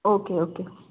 okay okay